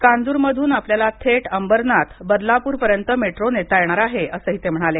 काजूरमधून आपल्याला थेट अंबरनाथ बदलापूरपर्यंत मेट्रो नेता येणार आहे असं ते म्हणाले